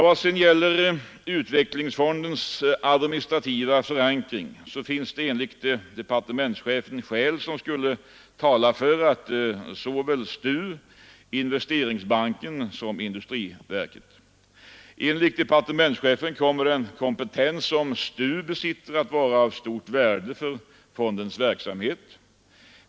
Vad gäller utvecklingsfondens administrativa förankring finns det enligt departementschefen skäl som skulle tala för såväl STU som Investeringsbanken och industriverket. Enligt departementschefen kommer den kompetens som STU besitter att vara av stort värde för fondens verksamhet.